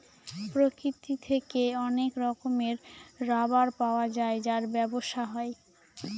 প্রকৃতি থেকে অনেক রকমের রাবার পাওয়া যায় যার ব্যবসা হয়